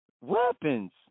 weapons